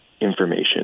information